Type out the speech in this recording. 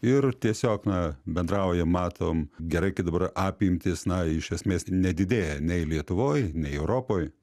ir tiesiog na bendrauja matom gerai kai dabar apimtis na iš esmės nedidėja nei lietuvoj nei europoj